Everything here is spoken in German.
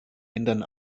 ändern